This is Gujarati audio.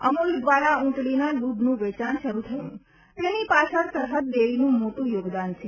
અમૂલ દ્વારા ઊંટડીના દૂધનું વેચાણ શરૂ થયું તેની પાછળ સરહદ ડેરીનું મોટું યોગદાન છે